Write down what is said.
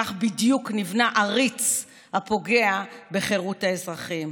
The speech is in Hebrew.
כך בדיוק נבנה עריץ הפוגע בחירות האזרחים,